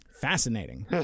fascinating